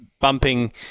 bumping